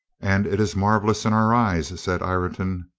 and it is marvelous in our eyes, said ireton,